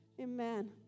amen